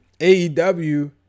AEW